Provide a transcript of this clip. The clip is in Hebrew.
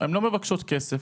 הן לא מבקשות כסף,